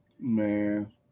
Man